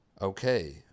Okay